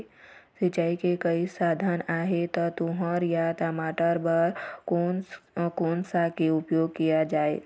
सिचाई के कई साधन आहे ता तुंहर या टमाटर बार कोन सा के उपयोग किए जाए?